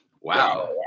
wow